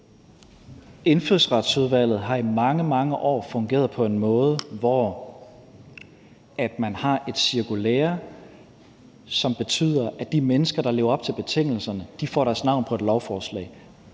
Indfødsretsudvalget har i mange, mange år fungeret på en måde, hvor man har et cirkulære, som betyder, at de mennesker, der lever op til betingelserne, får deres navn på et lovforslag.